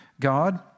God